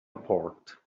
apart